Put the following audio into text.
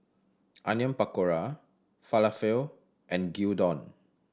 Onion Pakora Falafel and Gyudon